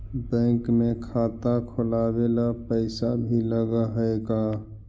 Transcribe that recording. Bank में खाता खोलाबे ल पैसा भी लग है का?